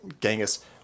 Genghis